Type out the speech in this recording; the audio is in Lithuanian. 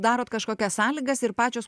darot kažkokias sąlygas ir pačios